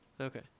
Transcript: Okay